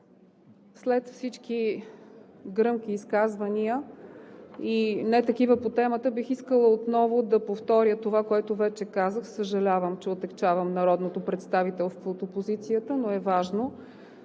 След всички гръмки изказвания и не такива по темата бих искала отново да повторя това, което вече казах. Съжалявам, че отегчавам народното представителство от опозицията, но е важно.